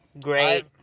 great